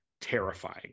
terrifying